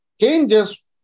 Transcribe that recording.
changes